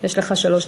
יש לך שלוש דקות.